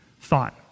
thought